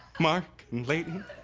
mark nd layton